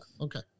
okay